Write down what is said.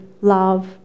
love